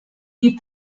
die